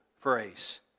phrase